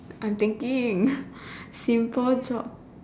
I'm thinking simple job